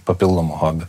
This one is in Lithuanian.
papildomų hobių